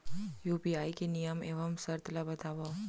UPI के नियम एवं शर्त ला बतावव